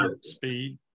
speed